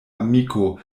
amiko